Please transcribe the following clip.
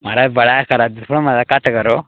महाराज बड़ा गै करा दे थोह्ड़ा मता घट्ट करो